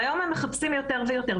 והיום הם מחפשים יותר ויותר.